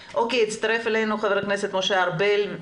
הצטרף אלינו חבר הכנסת משה ארבל.